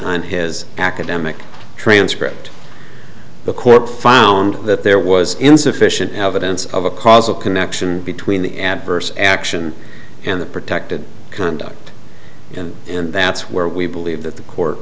on his academic transcript the court found that there was insufficient evidence of a causal connection between the adverse action and the protected conduct and that's where we believe that the court